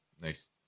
nice